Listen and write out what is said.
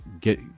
get